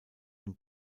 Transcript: den